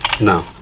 No